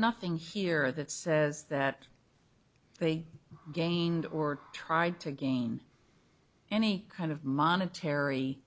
nothing here that that says they gained or tried to gain any kind of monetary